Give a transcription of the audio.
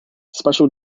special